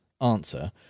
answer